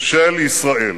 של ישראל.